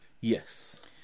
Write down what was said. Yes